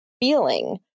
feeling